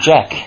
Jack